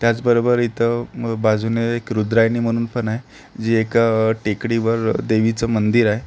त्याचबरोबर इथं बाजूने एक रुद्रायणी म्हणून पण आहे जे एका टेकडीवर देवीचं मंदिर आहे